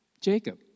Jacob